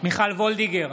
מיכל מרים וולדיגר,